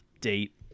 date